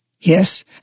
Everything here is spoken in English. Yes